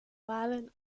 wahlen